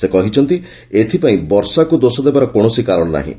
ସେ କହିଛନ୍ତି ଏଥିପାଇଁ ବର୍ଷାକୁ ଦୋଷ ଦେବାର କୌଣସି କାରଣ ନାହିଁ